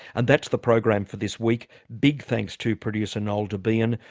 and that's the program for this week. big thanks to producer noel debien.